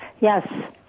Yes